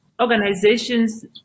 organizations